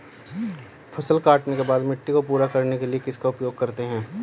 फसल काटने के बाद मिट्टी को पूरा करने के लिए किसका उपयोग करते हैं?